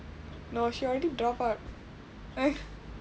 no she already drop out